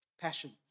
passions